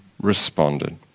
responded